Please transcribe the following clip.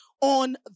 on